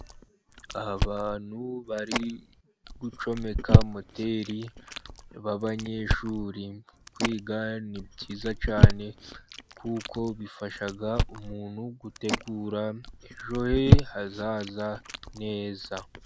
Abantu bari gucomeka moteri b'abanyeshuri, kwiga ni byiza cyane, kuko bifasha umuntu gutegura ejo he hazaza neza.